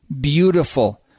beautiful